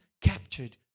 captured